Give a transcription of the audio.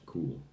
Cool